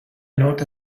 nóta